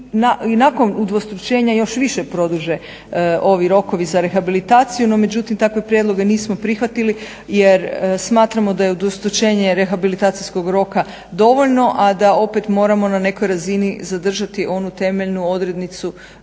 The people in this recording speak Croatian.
nakon udvostručenja još više produže ovi rokovi za rehabilitaciju. No međutim, takve prijedloge nismo prihvatili jer smatramo da je …/Govornica se ne razumije./… rehabilitacijskog roka dovoljno, a da opet moramo na nekoj razini zadržati onu temeljnu odrednicu